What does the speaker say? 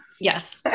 Yes